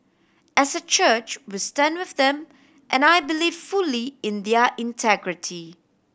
as a church we stand with them and I believe fully in their integrity